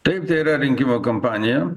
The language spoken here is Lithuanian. taip tai yra rinkimų kampanija